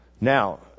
Now